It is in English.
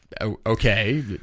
okay